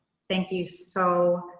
thank you so,